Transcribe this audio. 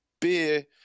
Beer